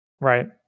right